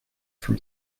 from